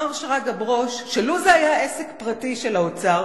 אמר שרגא ברוש שלו זה היה עסק פרטי של מישהו מהאוצר,